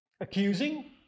Accusing